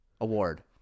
award